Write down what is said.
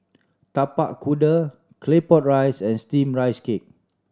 Tapak Kuda Claypot Rice and Steamed Rice Cake